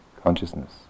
consciousness